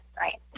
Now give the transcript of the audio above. Right